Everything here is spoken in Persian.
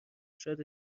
شاید